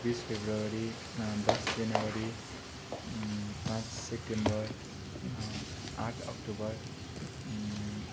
बिस फेब्रुअरी दस जनवरी पाँच सेप्टेम्बर आठ अक्टोबर